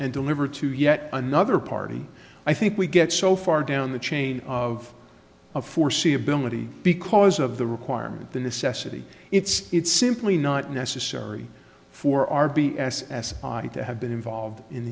and delivered to yet another party i think we get so far down the chain of of foreseeability because of the requirement the necessity it's it's simply not necessary for r b s as to have been involved in